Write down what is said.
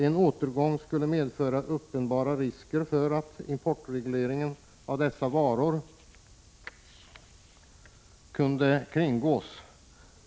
En återgång skulle medföra uppenbara risker för att importregleringen av dessa varor kunde kringgås.